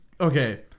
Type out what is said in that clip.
Okay